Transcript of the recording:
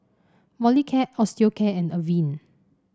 Molicare Osteocare and Avene